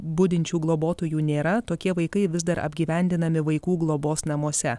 budinčių globotojų nėra tokie vaikai vis dar apgyvendinami vaikų globos namuose